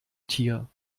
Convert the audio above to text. tier